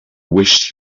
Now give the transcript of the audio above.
wished